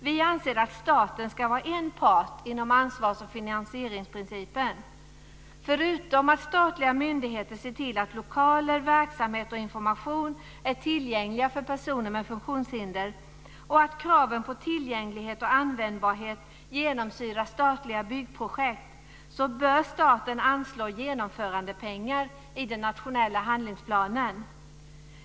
Vi anser att staten ska vara en part inom ansvars och finansieringsprincipen. Förutom att statliga myndigheter ser till att lokaler, verksamhet och information är tillgängliga för personer med funktionshinder och att kraven på tillgänglighet och användbarhet genomsyrar statliga byggprojekt, bör staten anslå genomförandepengar i den nationella handlingsplanen.